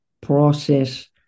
process